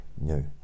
no